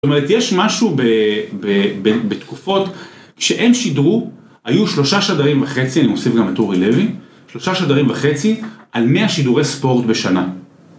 זאת אומרת יש משהו בתקופות כשהם שידרו היו שלושה שדרים וחצי, אני מוסיף גם את אורי לוי, שלושה שדרים וחצי על מאה שידורי ספורט בשנה.